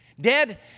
Dead